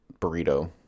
burrito